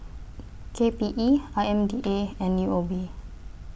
K P E I M D A and U O B